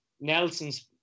Nelson's